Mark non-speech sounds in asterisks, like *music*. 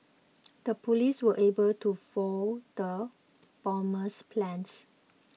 *noise* the police were able to foil the bomber's plans